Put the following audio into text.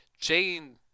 Jane